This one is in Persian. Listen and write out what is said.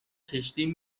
کشتیم